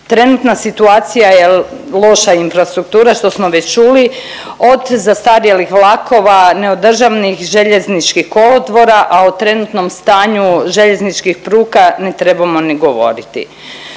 Trenutna situacija je loša infrastruktura što smo već čuli, od zastarjelih vlakova, neodržavanih željezničkih kolodvora, a o trenutnom stanju željezničkih pruga ne trebamo ni govoriti.